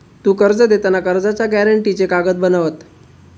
तु कर्ज देताना कर्जाच्या गॅरेंटीचे कागद बनवत?